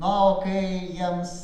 na o kai jiems